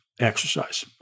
exercise